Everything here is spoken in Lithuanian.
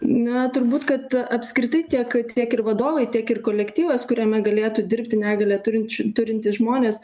na turbūt kad apskritai tiek tiek ir vadovai tiek ir kolektyvas kuriame galėtų dirbti negalią turinč turintys žmonės